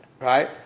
Right